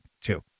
two